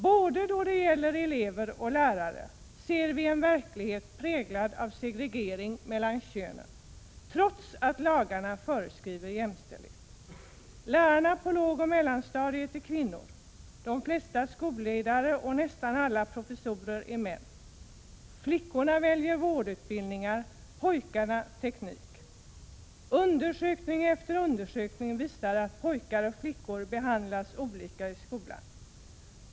Både då det gäller elever och när det gäller lärare ser vi en verklighet präglad av segregering mellan könen, trots att lagarna föreskriver jämställdhet. Lärarna på lågoch mellanstadiet är kvinnor, de flesta skolledare och nästan alla professorer är män. Flickorna väljer vårdutbildningarna och pojkarna teknik. Undersökning efter undersökning visar att pojkar och flickor behandlas olika i skolan.